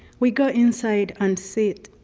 we go inside and sit.